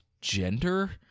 gender